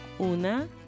una